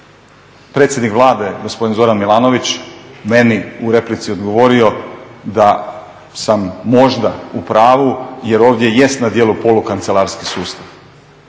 predsjednik Vlade gospodin Zoran Milanović meni u replici odgovorio da sam možda u pravu jer ovdje jest na djelu polukancelarijski sustav,